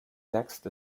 next